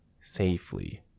safely